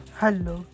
hello